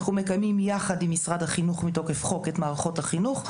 אנחנו מקיימים יחד עם משרד החינוך מתוקף חוק את מערכות החינוך,